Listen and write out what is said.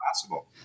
possible